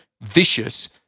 vicious